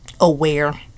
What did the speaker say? aware